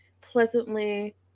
pleasantly